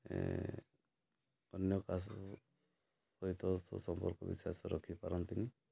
ଅନ୍ୟ କାହା ସହିତ ସୁସମ୍ପର୍କ ବିଶ୍ୱାସ ରଖିପାରନ୍ତି ନି